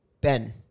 Ben